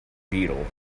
beetle